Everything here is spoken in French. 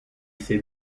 c’est